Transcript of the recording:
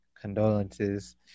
condolences